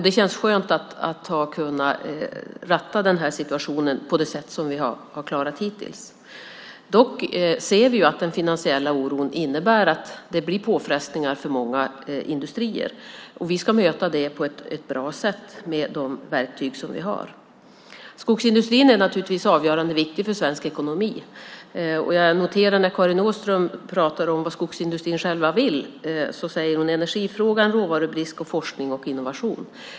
Det känns skönt att ha kunnat ratta den här situationen på det sätt som vi har klarat hittills. Dock ser vi att den finansiella oron innebär att det blir påfrestningar för många industrier. Vi ska möta det på ett bra sätt med de verktyg som vi har. Skogsindustrin är naturligtvis av avgörande vikt för svensk ekonomi. Jag noterar när Karin Åström pratar om vad skogsindustrin själv vill att hon nämner energifrågan, råvarubrist, forskning och innovation.